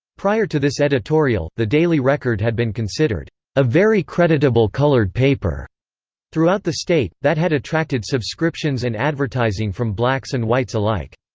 prior to this editorial, the daily record had been considered a very creditable colored paper paper throughout the state, that had attracted subscriptions and advertising from blacks and whites alike.